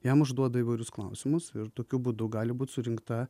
jam užduoda įvairius klausimus ir tokiu būdu gali būt surinkta